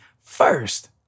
first